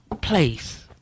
place